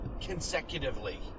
consecutively